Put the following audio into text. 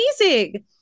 amazing